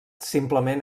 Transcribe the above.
simplement